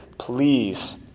Please